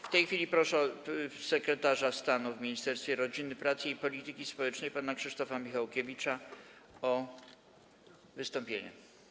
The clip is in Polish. W tej chwili proszę sekretarza stanu w Ministerstwie Rodziny, Pracy i Polityki Społecznej pana Krzysztofa Michałkiewicza o wystąpienie.